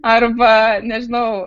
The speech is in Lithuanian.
arba nežinau